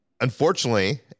unfortunately